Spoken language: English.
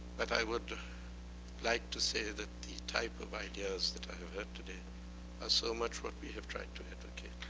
but i would like to say that the type of ideas that i've heard today are so much what we have tried to advocate.